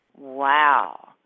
Wow